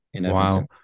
Wow